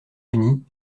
unis